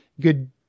good